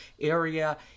area